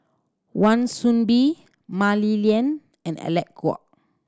Wan Soon Bee Mah Li Lian and Alec Kuok